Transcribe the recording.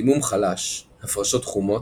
דימום חלש הפרשות חומות,